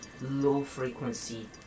low-frequency